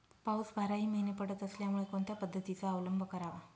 पाऊस बाराही महिने पडत असल्यामुळे कोणत्या पद्धतीचा अवलंब करावा?